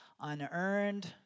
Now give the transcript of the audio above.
unearned